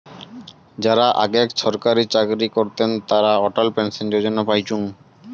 যারা আগেক ছরকারি চাকরি করতেন তারা অটল পেনশন যোজনা পাইচুঙ